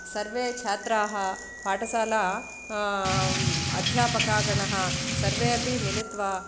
सर्वे छात्राः पाठशाला अध्यापकगणः सर्वे अपि मिलित्वा